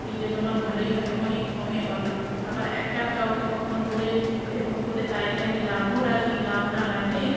কিনলে তোমার ভালোই হবে অনেক কমে পাবে আবার একটা কাওকে কখনো বলে এরকম করে তাইতে আমি লাভও রাখি লাভ না রাখলে